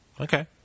Okay